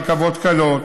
רכבות קלות,